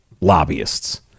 lobbyists